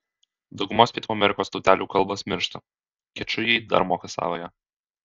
daugumos pietų amerikos tautelių kalbos miršta kečujai dar moka savąją